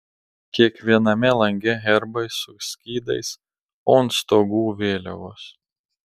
kiekviename lange herbai su skydais o ant stogų vėliavos